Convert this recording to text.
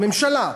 הממשלה,